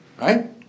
Right